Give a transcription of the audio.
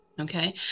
Okay